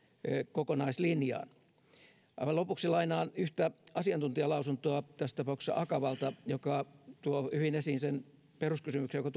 kokonaislinjaan aivan lopuksi lainaan yhtä asiantuntijalausuntoa tässä tapauksessa akavalta joka tuo hyvin esiin sen peruskysymyksen joka